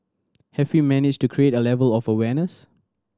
have we managed to create a level of awareness